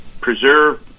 preserve